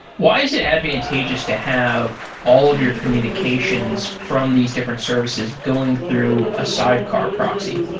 why is it advantageous to have all of your communications from these different services going through a sidecar proxy?